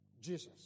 Jesus